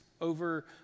over